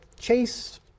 Chase